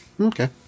Okay